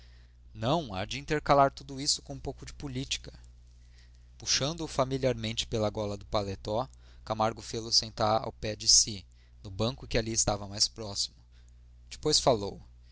não há de intercalar tudo isso com um pouco de política puxando o familiarmente pela gola do paletó camargo fê-lo sentar ao pé de si no banco que ali estava mais próximo depois falou